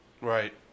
Right